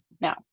Now